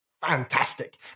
Fantastic